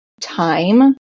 time